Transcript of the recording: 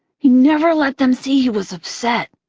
he never let them see he was upset,